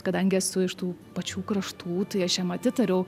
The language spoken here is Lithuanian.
kadangi esu iš tų pačių kraštų tai aš jam atitariau